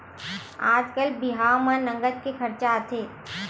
आजकाल बिहाव म नँगत के खरचा आथे